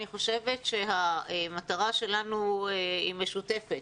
אני חושבת שהמטרה שלנו היא משותפת,